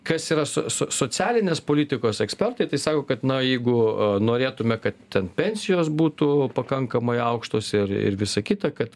kas yra so so so socialinės politikos ekspertai tai sako kad na jeigu norėtume kad ten pensijos būtų pakankamai aukštos ir ir visa kita kad